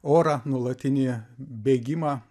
orą nuolatinį bėgimą